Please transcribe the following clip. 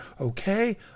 Okay